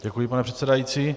Děkuji, pane předsedající.